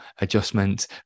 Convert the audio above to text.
adjustments